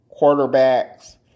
quarterbacks